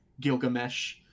Gilgamesh